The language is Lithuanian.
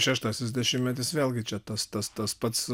šeštasis dešimtmetis vėlgi čia tas tas tas pats